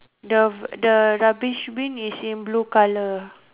the the rubbish bin is in blue colour